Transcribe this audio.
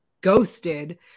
ghosted